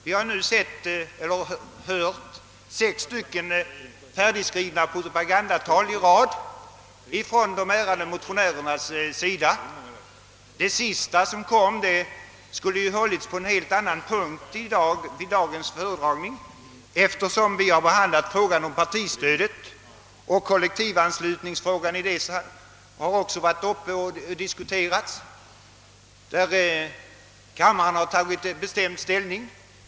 Vi har nu lyssnat på sex färdigskrivna propagandatal från de ärande motionärernas sida. Det senaste anförandet skulle ha hållits under en helt annan punkt på dagens föredragningslista, eftersom vi har behandlat frågan om partistödet, och frågan om kollektivanslutning också har varit uppe till diskussion. I dessa frågor har kammaren redan tagit en bestämd ställning.